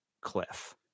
cliff